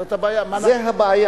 זאת הבעיה?